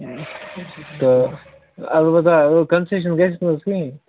تہٕ اَلبتہٕ کَنسیٚشن گَژھِ نہ حظ کِہیٖنٛۍ